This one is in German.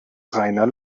reiner